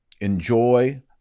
Enjoy